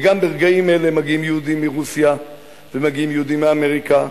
וגם ברגעים אלה מגיעים יהודים מרוסיה ומגיעים יהודים מאמריקה,